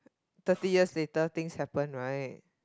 thirty years later things happen right